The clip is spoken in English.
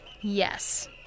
Yes